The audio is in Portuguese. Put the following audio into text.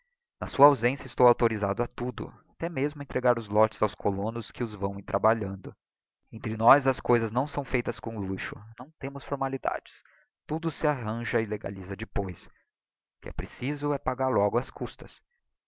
na sua ausência estou auctorisado a tudo até mesmo a entregar os lotes aos colonos que os vão trabalhando entre nós as coisas não são feitas com luxo não temos formalidades tudo se arranja e legalisa depois o que é preciso é pagar logo as custas